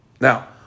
Now